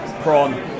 Prawn